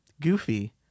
Goofy